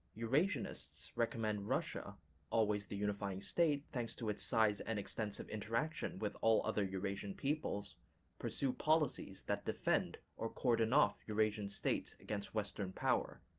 eurasianists recommend russia always the unifying state thanks to its size and extensive interaction with all other eurasian peoples pursue policies that defend or cordon off eurasian states against western power,